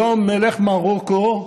היום מלך מרוקו,